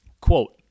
Quote